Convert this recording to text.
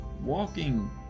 walking